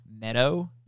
meadow